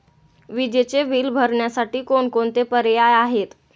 विजेचे बिल भरण्यासाठी कोणकोणते पर्याय आहेत?